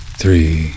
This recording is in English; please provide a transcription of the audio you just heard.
three